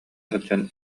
сылдьан